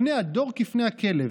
פני הדור כפני הכלב.